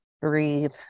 Breathe